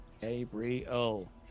Gabriel